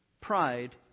Pride